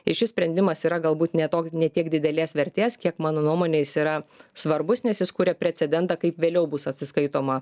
ir šis sprendimas yra galbūt ne ne tiek didelės vertės kiek mano nuomone jis yra svarbus nes jis kuria precedentą kaip vėliau bus atsiskaitoma